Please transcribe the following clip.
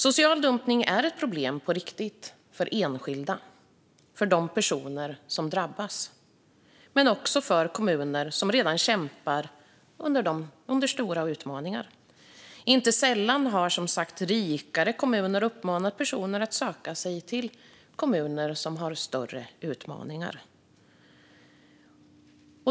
Social dumpning är ett problem på riktigt för de personer som drabbas men också för kommuner som redan kämpar med stora utmaningar. Inte sällan har som sagt rikare kommuner uppmanat personer att söka sig till kommuner som har större utmaningar.